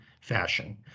fashion